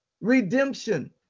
redemption